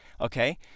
okay